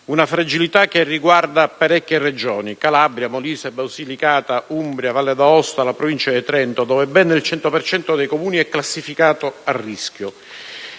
una fragilità che riguarda parecchie Regioni: Calabria, Molise, Basilicata, Umbria, Valle d'Aosta e la Provincia di Trento, dove ben il 100 per cento dei Comuni è classificato a rischio.